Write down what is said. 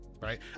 right